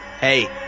Hey